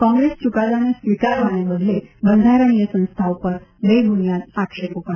કોંગ્રેસ ચુકાદાને સ્વીકારવાને બદલે બંધારણીય સંસ્થાઓ પર બેબુનિયાદ આક્ષેપો કરે છે